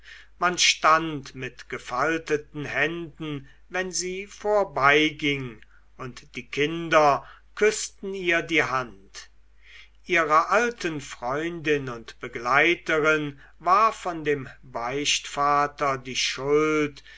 man stand mit gefalteten händen wenn sie vorbeiging und die kinder küßten ihr die hand ihrer alten freundin und begleiterin war von dem beichtvater die schuld